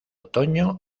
otoño